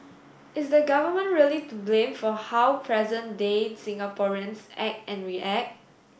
is the Government really to blame for how present day Singaporeans act and react